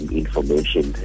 information